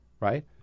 Right